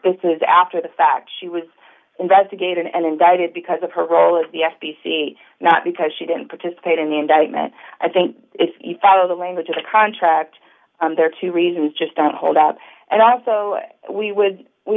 this is after the fact she was investigated and indicted because of her role as the f t c not because she didn't participate in the indictment i think if you follow the language of the contract there are two reasons just don't hold up and also we would we